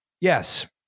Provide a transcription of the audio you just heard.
Yes